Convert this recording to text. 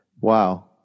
Wow